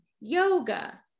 yoga